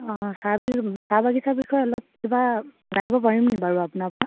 অঁ চাহ বি চাহ বাগিচা বিষয়ে অলপ কিবা জানিব পাৰিমনি বাৰু আপোনাৰপৰা